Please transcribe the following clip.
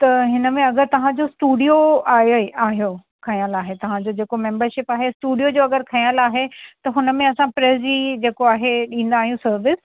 त हिन में अगरि तव्हां जो स्टूडियो आहे आहियो खयल आहे तव्हां जो जेको मेंबरशीप आहे स्टूडियो जो अगरि खयल आहे त हुनमें असां प्रेस जी जेको आहे ॾींदा आहियूं सर्विस